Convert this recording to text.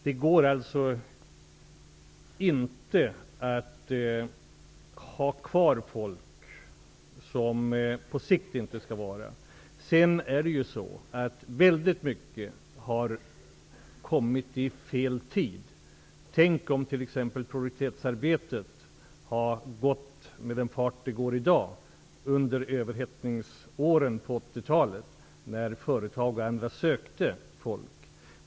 Det går således inte att ha kvar folk som på sikt inte skall finnas kvar. Mycket har också kommit vid fel tidpunkt. Tänk om t.ex. produktivitetsarbetet skulle ha gått med den fart det går i dag under överhettningsåren på 1980-talet, när företag och andra sökte folk.